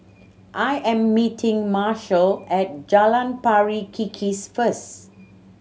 I am meeting Marshall at Jalan Pari Kikis first